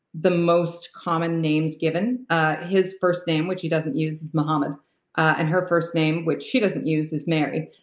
the most common names given ah his first name, which he doesn't use, is mohammed and her first name, which she doesn't use, is mary,